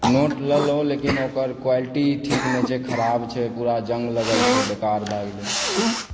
नट लेलहुँ लेकिन ओकर क्वालिटी ठीक नहि छै खराब छै पूरा जन्ग लगल छै बेकार भए गेलय